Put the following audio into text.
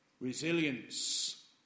Resilience